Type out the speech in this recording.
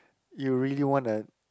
you really want a